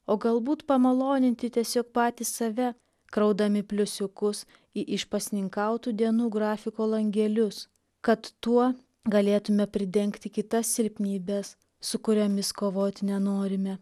o galbūt pamaloninti tiesiog patys save kraudami pliusiukus į išpasninkautų dienų grafiko langelius kad tuo galėtume pridengti kitas silpnybes su kuriomis kovoti nenorime